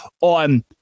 on